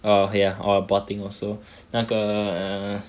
err ya or bot-ing also 那个 err